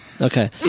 Okay